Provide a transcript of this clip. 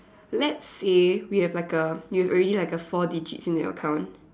let's say we have a like a we have already like a four digit still need account